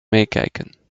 meekijken